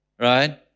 right